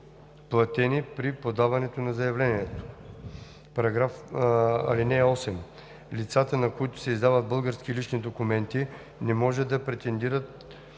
платени при подаването на заявлението. (8) Лицата, на които се издават българските лични документи, не може да претендират